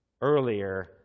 earlier